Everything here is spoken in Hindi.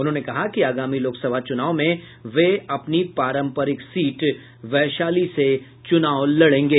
उन्होंने कहा कि आगामी लोकसभा चुनाव में वे अपनी पारंपरिक सीट वैशाली से चुनाव लड़ेंगे